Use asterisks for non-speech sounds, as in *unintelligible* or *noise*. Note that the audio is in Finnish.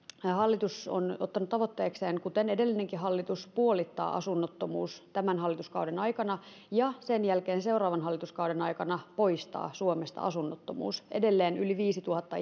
hallitus on ottanut tavoitteekseen kuten edellinenkin hallitus puolittaa asunnottomuus tämän hallituskauden aikana ja sen jälkeen seuraavan hallituskauden aikana poistaa suomesta asunnottomuus edelleen yli viisituhatta *unintelligible*